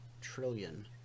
trillion